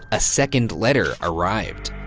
a second letter arrived.